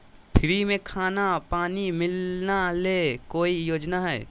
Free में खाना पानी मिलना ले कोइ योजना हय?